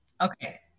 Okay